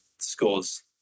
scores